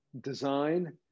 design